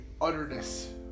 utterness